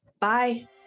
Bye